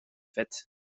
vet